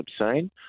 obscene